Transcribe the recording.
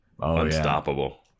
unstoppable